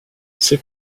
c’est